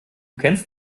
kennst